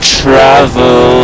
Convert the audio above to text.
travel